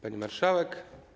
Pani Marszałek!